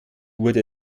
wurde